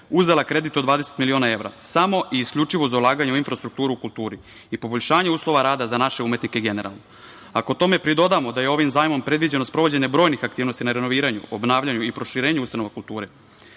uzela kredit od 20 miliona evra samo i isključivo za ulaganje u infrastrukturu u kulturi i poboljšanju uslova rada za naše umetnike generalno. Ako tome pridodamo da je ovim zajmom predviđeno sprovođenje brojnih aktivnosti na renoviranju, obnavljanju i proširenju ustanova kulture,